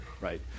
right